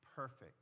Perfect